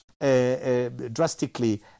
drastically